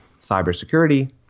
cybersecurity